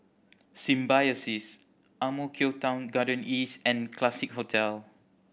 Symbiosis Ang Mo Kio Town Garden East and Classique Hotel